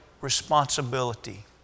responsibility